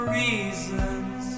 reasons